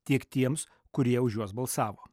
tiek tiems kurie už juos balsavo